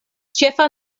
ĉefa